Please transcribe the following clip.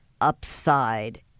upside